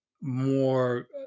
more